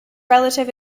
relative